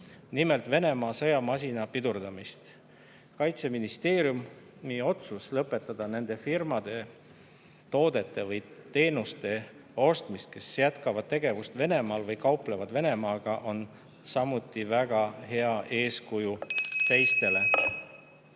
nimelt Venemaa sõjamasina pidurdamist. Kaitseministeeriumi otsus lõpetada nende firmade toodete või teenuste ostmine, kes jätkavad tegevust Venemaal või kauplevad Venemaaga, on samuti väga hea eeskuju teistele.